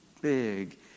big